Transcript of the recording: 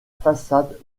façade